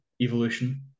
evolution